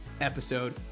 episode